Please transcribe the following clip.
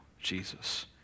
Jesus